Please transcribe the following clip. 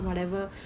oh